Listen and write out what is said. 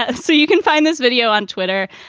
ah ah so you can find this video on twitter.